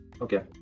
Okay